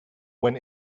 when